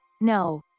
No